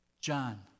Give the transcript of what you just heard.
John